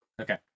Okay